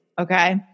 Okay